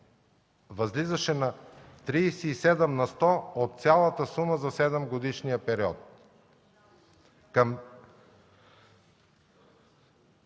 възлизаше на 37 на сто от цялата сума за 7-годишния период.